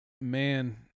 Man